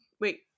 Wait